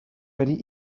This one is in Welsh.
wedi